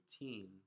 routine